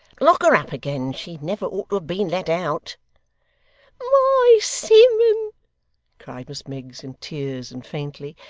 lock her up again she never ought to have been let out my simmun cried miss miggs, in tears, and faintly.